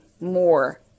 more